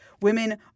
women